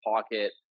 pocket